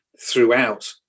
Throughout